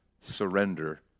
surrender